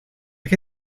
qué